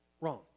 Wrong